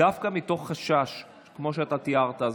דווקא מתוך חשש כמו שאתה תיארת.